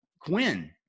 Quinn